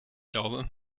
glaube